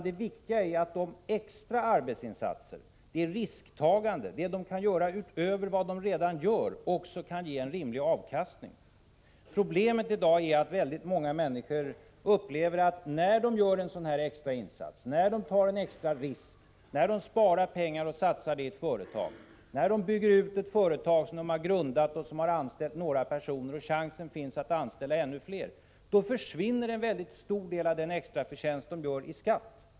Det viktiga är att den extra arbetsinsatsen, risktagandet, det som kan göras utöver vad som redan görs också kan ge en rimlig avkastning. Problemet i dag är att väldigt många människor upplever att när de gör en extra insats, när de tar en extra risk, när de sparar pengar och satsar dem i ett företag, när de bygger ut ett företag som de har grundat och där de har anställt några personer och där det finns en chans att anställa fler, då försvinner en mycket stor del av extrainkomsten i skatt.